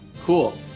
Cool